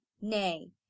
Nay